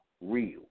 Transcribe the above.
real